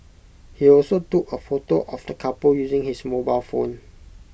he also took A photo of the couple using his mobile phone